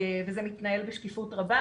וזה מתנהל בשקיפות רבה.